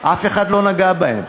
אף אחד לא נגע בהם.